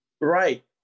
Right